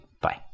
Bye